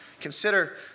Consider